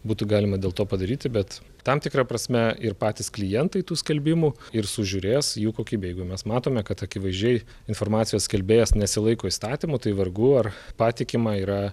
būtų galima dėl to padaryti bet tam tikra prasme ir patys klientai tų skelbimų ir sužiūrės jų kokybę jeigu mes matome kad akivaizdžiai informacijos skelbėjas nesilaiko įstatymų tai vargu ar patikima yra